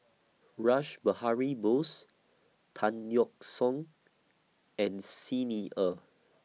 Rash Behari Bose Tan Yeok Seong and Xi Ni Er